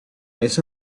eso